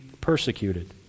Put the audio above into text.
persecuted